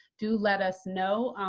do let us know,